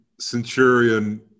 centurion